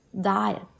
diet